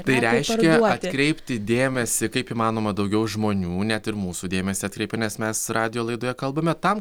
tai reiškia atkreipti dėmesį kaip įmanoma daugiau žmonių net ir mūsų dėmesį atkreipė nes mes radijo laidoje kalbame tam